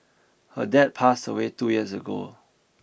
her dad passed away two years ago